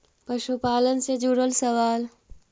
पशुपालन से जुड़ल सवाल?